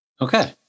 Okay